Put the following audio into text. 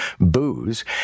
booze